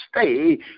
stay